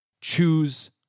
Choose